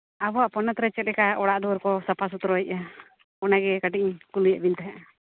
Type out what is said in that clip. ᱟᱵᱚᱣᱟᱜ ᱯᱚᱱᱚᱛ ᱨᱮ ᱪᱮᱫᱞᱮᱠᱟ ᱚᱰᱟᱜ ᱫᱩᱣᱟᱹᱨ ᱠᱚ ᱥᱟᱯᱷᱟᱼᱥᱤᱛᱨᱟᱹᱭᱮᱜᱼᱟ ᱚᱱᱟᱜᱮ ᱠᱟᱹᱴᱤᱡᱽ ᱤᱧ ᱠᱩᱞᱤᱭᱮᱫ ᱵᱮᱱ ᱛᱟᱦᱮᱸᱜᱼᱟ